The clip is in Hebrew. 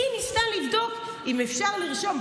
היא ניסתה לבדוק אם אפשר לרשום,